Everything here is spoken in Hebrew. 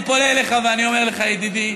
אני פונה אליך ואומר לך: ידידי,